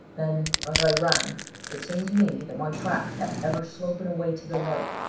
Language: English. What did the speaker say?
then as i ran it seemed to me that my track kept ever sloping away to the right.